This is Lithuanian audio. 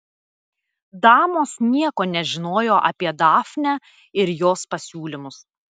damos nieko nežinojo apie dafnę ir jos pasiūlymus